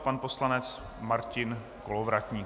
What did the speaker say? Pan poslanec Martin Kolovratník.